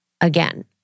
Again